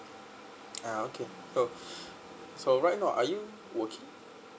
uh okay oo so right now are you working